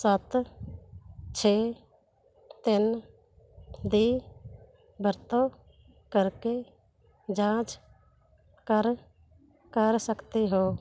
ਸੱਤ ਛੇ ਤਿੰਨ ਦੀ ਵਰਤੋਂ ਕਰਕੇ ਜਾਂਚ ਕਰ ਕਰ ਸਕਦੇ ਹੋ